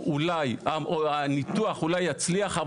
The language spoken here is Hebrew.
הניתוח אולי יצליח,